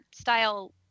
style